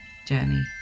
journey